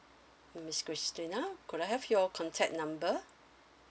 miss christina could I have your contact number